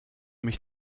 mich